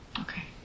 Okay